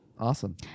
Awesome